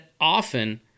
often